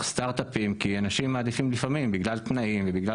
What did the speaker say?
הסטארט-אפים כי אנשים מעדיפים לפעמים בגלל תנאים ובגלל